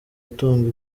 atunga